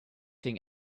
think